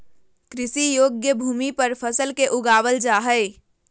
कृषि योग्य भूमि पर फसल के उगाबल जा हइ